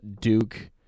Duke